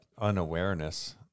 unawareness